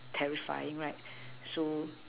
terrifying right so